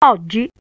Oggi